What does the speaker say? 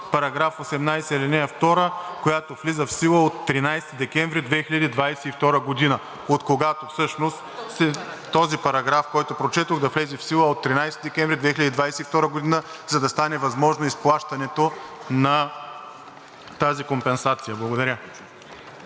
сила: „§ 18, ал. 2, която влиза в сила от 13 декември 2022 г.“ Този параграф, който прочетох да влезе в сила от 13 декември 2022 г., за да стане възможно изплащането на тази компенсация. Благодаря.